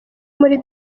muri